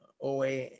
OA